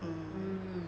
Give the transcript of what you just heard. mm